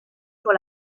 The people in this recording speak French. pour